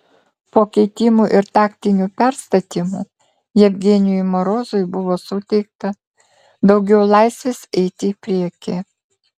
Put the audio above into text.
po keitimų ir taktinių perstatymų jevgenijui morozui buvo suteikta daugiau laisvės eiti į priekį